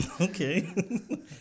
okay